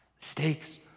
Stakes